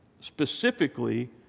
specifically